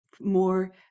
more